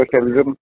socialism